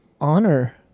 honor